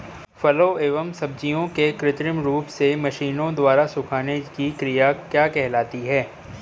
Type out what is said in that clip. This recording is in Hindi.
फलों एवं सब्जियों के कृत्रिम रूप से मशीनों द्वारा सुखाने की क्रिया क्या कहलाती है?